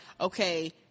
okay